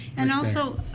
and also,